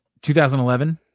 2011